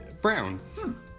Brown